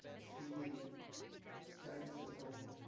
speaking chinese at home,